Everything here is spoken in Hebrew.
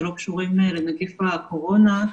שלא קשורים לנגיף הקורונה.